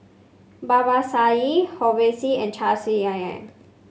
Babasaheb Rohit and Chandrasekaran